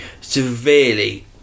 severely